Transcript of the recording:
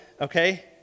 Okay